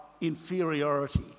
inferiority